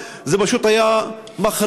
זה פשוט היה מחריד,